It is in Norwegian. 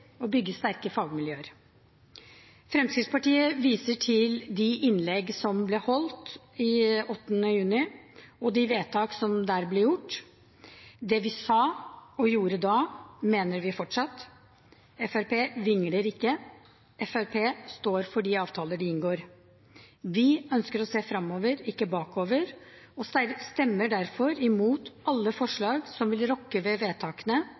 og bygge sterke fagmiljøer. Fremskrittspartiet viser til de innlegg som ble holdt den 8. juni, og de vedtak som der ble gjort. Det vi sa og gjorde da, mener vi fortsatt. Fremskrittspartiet vingler ikke. Fremskrittspartiet står for de avtaler de inngår. Vi ønsker å se fremover, ikke bakover, og stemmer derfor imot alle forslag som vil rokke ved vedtakene